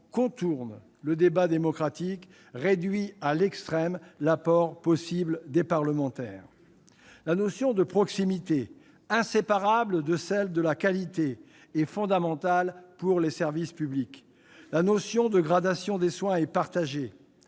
contourne le débat démocratique et réduit à l'extrême l'apport possible des parlementaires. La notion de proximité inséparable de celle de qualité est fondamentale pour les services publics. La notion de gradation des soins est partagée.